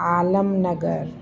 Alamnagar